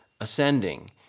ascending